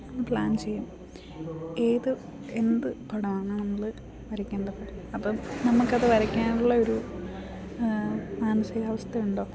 ഒന്ന് പ്ലാൻ ചെയ്യും ഏത് എന്തു പടമാണ് നമ്മൾ വരയ്ക്കേണ്ടത് അപ്പം നമുക്കത് വരയ്ക്കാനുള്ള ഒരു മാനസികാവസ്ഥയുണ്ടോ